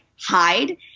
hide